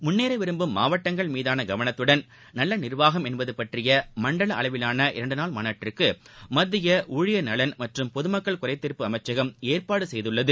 முன்னேறவிரும்பும் மாவட்டங்கள் மீதானகவனத்துடன் நல்லநிர்வாகம் என்பதுபற்றியமண்டலஅளவிவான இரண்டுநாள் மாநாட்டிற்குமத்தியஊழியர் நலன் மற்றும் பொதுமக்கள் குறைதீர்ப்பு அமைச்சகம் ஏற்பாடுசெய்துள்ளது